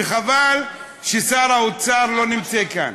וחבל ששר האוצר לא נמצא כאן.